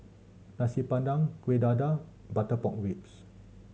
Nasi Padang Kueh Dadar butter pork ribs